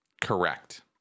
correct